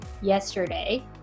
yesterday